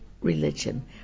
Religion